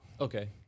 Okay